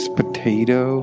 potato